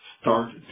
start